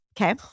okay